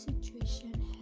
situation